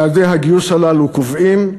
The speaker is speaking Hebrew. יעדי הגיוס הללו קובעים.